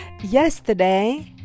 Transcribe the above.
Yesterday